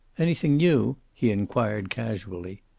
anything new? he inquired casually.